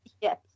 Yes